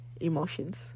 emotions